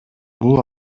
бул